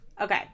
okay